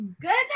goodness